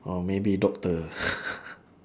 or maybe doctor